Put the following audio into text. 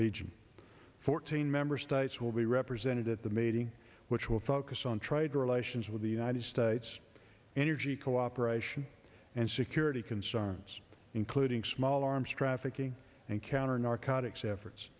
region fourteen member states will be represented at the meeting which will focus on trade relations with the united states energy cooperation and security concerns including small arms trafficking and counter narcotics efforts